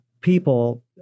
people